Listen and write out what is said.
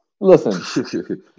Listen